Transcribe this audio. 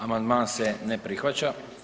Amandman se ne prihvaća.